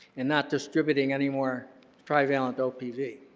and not distributing anymore trivalent opv.